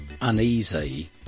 uneasy